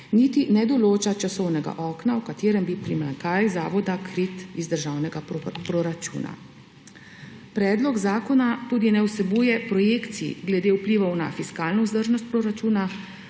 niti ne določa časovnega okna, v katerem bi bil primanjkljaj zavoda krit iz državnega proračuna. Predlog zakona tudi ne vsebuje projekcij glede vplivov na fiskalno vzdržnost proračuna,